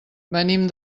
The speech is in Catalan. venim